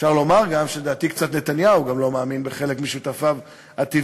אפשר לומר גם שלדעתי נתניהו גם כן קצת לא מאמין בחלק משותפיו הטבעיים.